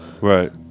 Right